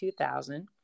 2000